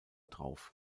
drauf